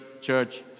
church